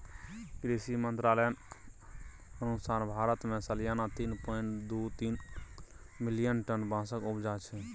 कृषि मंत्रालयक अनुसार भारत मे सलियाना तीन पाँइट दु तीन मिलियन टन बाँसक उपजा छै